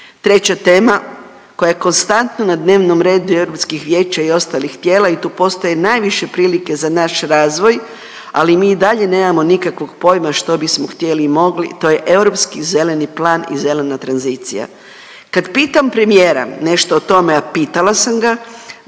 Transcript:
Treća tema koja je konstantno na dnevnom redu i Europskih vijeća i ostalih tijela i tu postoji najviše prilike za naš razvoj, ali mi i dalje nemamo nikakvog pojma što bismo htjeli i mogli, to je Europski zeleni plan i zelena tranzicija. Kad pitam premijera nešto o tome, a pitala sam ga,